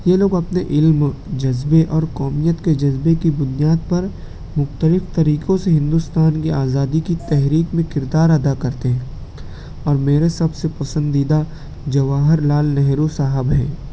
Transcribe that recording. یہ لوگ اپنے علم جذبے اور قومیت کے جذبے کی بنیاد پر مختلف طریقوں سے ہندوستان کی آزادی کی تحریک میں کردار ادا کرتے ہیں اور میرے سب سے پسندیدہ جواہر لعل نہرو صاحب ہیں